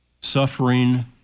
suffering